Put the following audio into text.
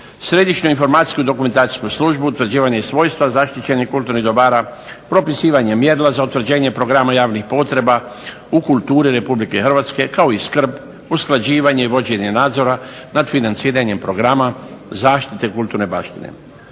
središnju informacijsku dokumentacijsku službu, utvrđivanje i svojstva zaštićenih kulturnih dobara, propisivanjem mjerila za utvrđenje programa javnih potreba u kulturi Republike Hrvatske kao i skrb, usklađivanje i vođenje nadzora nad financiranjem programa zaštite kulturne baštine,